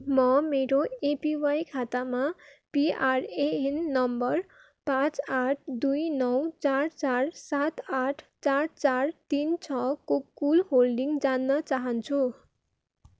म मेरो एपिवाई खातामा पिआरएएन नम्बर पाँच आठ दुई नौ चार चार सात आठ चार चार तिन छको कुल होल्डिङ जान्न चाहन्छु